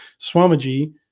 Swamiji